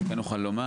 אני כן אוכל לומר